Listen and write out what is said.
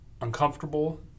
uncomfortable